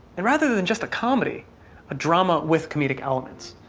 and rather than just a comedy a drama with comedic elements.